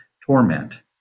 torment